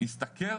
ישתכר